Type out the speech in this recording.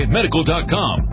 Medical.com